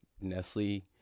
Nestle